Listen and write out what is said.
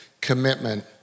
commitment